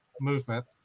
movement